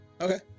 Okay